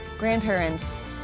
grandparents